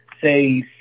say